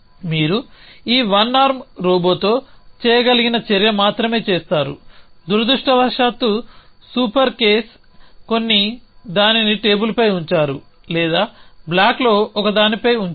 మీరు ఈ one arm రోబోతో చేయగలిగిన చర్య మాత్రమే చేస్తారు దురదృష్టవశాత్తూ సూపర్ కేస్ కొన్ని దానిని టేబుల్పై ఉంచారు లేదా బ్లాక్లో ఒకదానిపై ఉంచారు